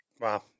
Wow